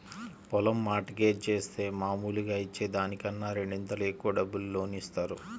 పొలం mortgage జేత్తే మాములుగా ఇచ్చే దానికన్నా రెండింతలు ఎక్కువ డబ్బులు లోను ఇత్తారు